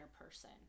person